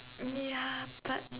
ya but